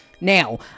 Now